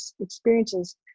experiences